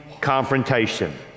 confrontation